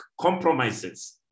compromises